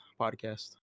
podcast